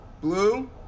blue